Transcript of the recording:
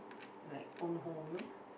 like own home